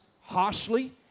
harshly